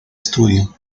estudio